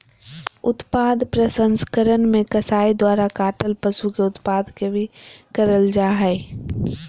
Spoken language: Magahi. उत्पाद प्रसंस्करण मे कसाई द्वारा काटल पशु के उत्पाद के भी करल जा हई